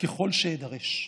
ככל שאידרש.